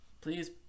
please